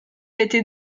été